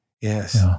yes